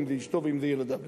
אם זו אשתו ואם זה ילדיו.